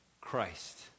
Christ